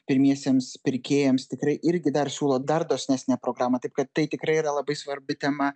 pirmiesiems pirkėjams tikrai irgi dar siūlo dar dosnesnę programą taip kad tai tikrai yra labai svarbi tema